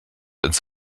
ins